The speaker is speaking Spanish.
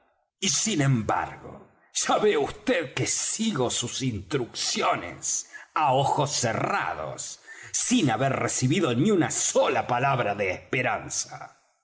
y sin embargo ya ve vd que sigo sus instrucciones á ojos cerrados sin haber recibido ni una sola palabra de esperanza